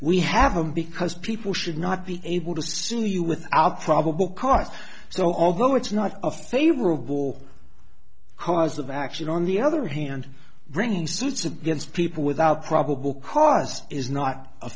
we have them because people should not be able to see you with our probable cause so although it's not a favorable cause of action on the other hand bringing suits against people without probable cause is not a